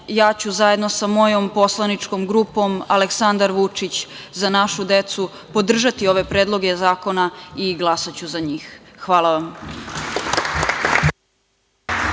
ja ću zajedno sa mojom Poslaničkom grupom Aleksandar Vučić – Za našu decu podržati ove predloge zakona i glasaću za njih. Hvala.